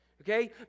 Okay